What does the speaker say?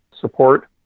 support